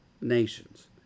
nations